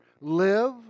live